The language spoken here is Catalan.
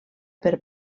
per